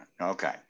Okay